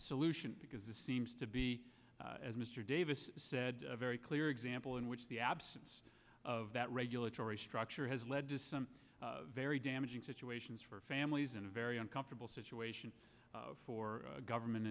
solution because it seems to be as mr davis said a very clear example in which the absence of that regulatory structure has led to some very damaging situations for families and a very uncomfortable situation for government